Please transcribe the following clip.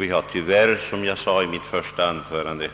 Vi har, som jag sade i mitt första anförande,